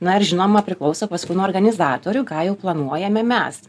na ir žinoma priklauso paskui nuo organizatorių ką jau planuojame mes